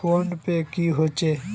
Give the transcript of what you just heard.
Phone पै की होचे?